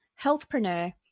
healthpreneur